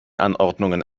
anordnungen